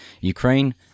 Ukraine